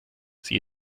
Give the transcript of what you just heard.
sie